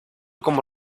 como